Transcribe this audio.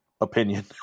opinion